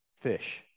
fish